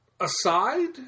aside